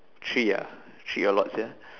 three ah three a lot sia